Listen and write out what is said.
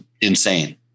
insane